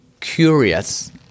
curious